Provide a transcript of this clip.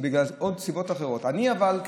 זה מעוד סיבות,